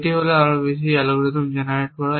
এটি হল আরও বেশি অ্যালগরিদম জেনারেট করা